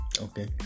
Okay